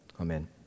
Amen